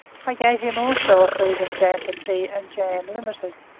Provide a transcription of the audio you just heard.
i gave him also a feed of damper, tea, and jam limited.